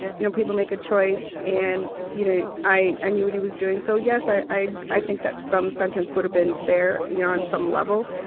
you know, people make a choice, and you know, i i knew what he was doing. so yes, i i think that some sentence would have been fair, you know, on some level.